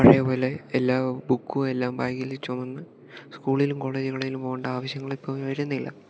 പഴയ പോലെ എല്ലാ ബുക്കുവും എല്ലാം ബാഗില് ചുമന്ന് സ്കൂളിലും കോളേജുകളിലും പോകേണ്ട ആവശ്യങ്ങളിപ്പോൾ വരുന്നില്ല